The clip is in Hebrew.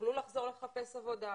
יוכלו לחזור לחפש עבודה,